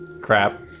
Crap